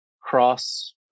cross